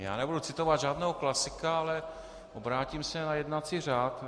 Já nebudu citovat žádného klasika, ale obrátím se na jednací řád.